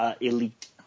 elite